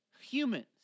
humans